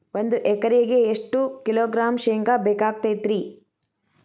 ಒಂದು ಎಕರೆಗೆ ಎಷ್ಟು ಕಿಲೋಗ್ರಾಂ ಶೇಂಗಾ ಬೇಕಾಗತೈತ್ರಿ?